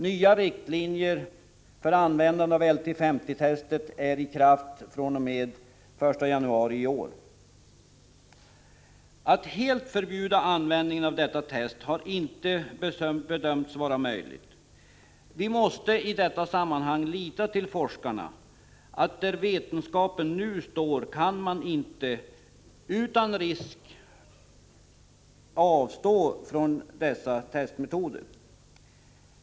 Nya riktlinjer för användande av LD 50-testet är i kraft fr.o.m. den 1 Prot. 1985/86:38 januari i år. 27 november 1985 Att helt förbjuda användningen av detta test har inte bedömts vara Djureskyddsf cor I möjligt. Vi måste i detta sammanhang lita till forskarna, som anser att där HESKYASSfrOROr vetenskapen nu står kan man inte utan risk avstå från dessa testmetoder.